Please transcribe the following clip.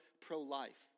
pro-life